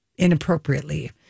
inappropriately